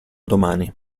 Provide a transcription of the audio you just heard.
domani